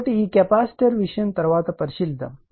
కాబట్టి ఈ కెపాసిటర్ విషయం తరువాత పరిశీలిద్దాం